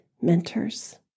mentors